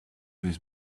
was